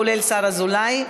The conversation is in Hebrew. כולל השר אזולאי,